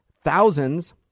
thousands